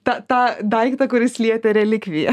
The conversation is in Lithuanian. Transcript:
tą tą daiktą kuris lietė relikviją